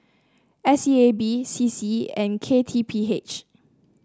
S E A B C C and K T P H